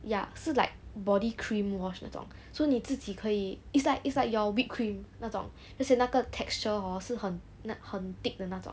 ya so like body cream wash 那种 so 你自己可以 it's like it's like your whipped cream 那种就是那个 texture hor 是很那很 thick 的那种